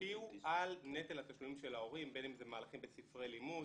השפיעו על נטל התשלומים של ההורים בין אם זה מהלכים בספרי לימוד,